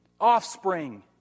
offspring